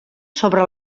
sobre